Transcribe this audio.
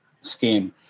scheme